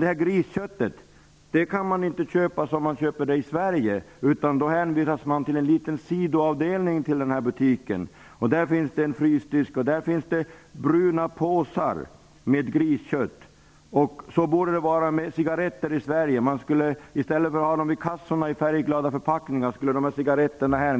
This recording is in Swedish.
Detta griskött kan man inte köpa på samma sätt som i Sverige, utan man hänvisas till en sidoavdelning i butiken. Där finns en frysdisk med bruna påsar med griskött. Så borde det vara med cigaretterna i Sverige. I stället för att ha dem vid kassorna i färgglada förpackningar, borde cigaretterna